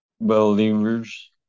believers